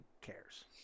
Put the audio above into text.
cares